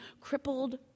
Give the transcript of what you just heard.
crippled